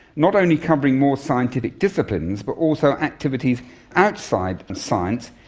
not only covering more scientific disciplines but also activities outside of science,